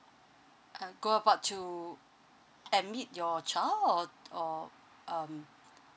uh go about to admit your child or or um